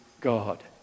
God